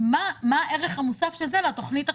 הערך המוסף של זה לתוכנית הכוללת,